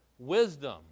wisdom